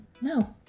No